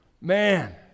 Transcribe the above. Man